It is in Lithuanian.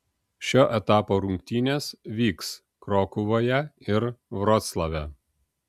šio etapo rungtynės vyks krokuvoje ir vroclave